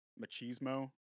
machismo